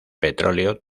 petróleo